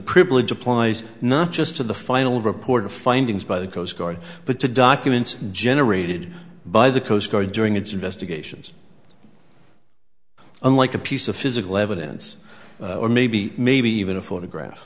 privilege applies not just to the final report of findings by the coast guard but to documents generated by the coast guard during its investigations unlike a piece of physical evidence or maybe maybe even a photograph